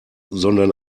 sondern